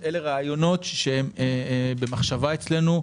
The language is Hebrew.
רעיונות שהם במחשבה אצלנו.